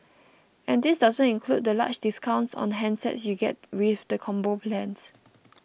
and this doesn't include the large discounts on handsets you get with the Combo plans